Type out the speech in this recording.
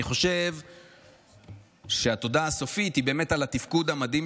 אני חושב שהתודה הסופית היא על התפקוד המדהים